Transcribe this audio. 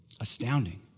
Astounding